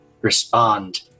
respond